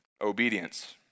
obedience